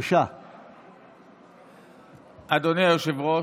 אדוני היושב-ראש,